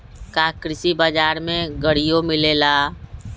का कृषि बजार में गड़ियो मिलेला?